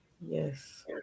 Yes